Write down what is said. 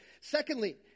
Secondly